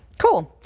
cool.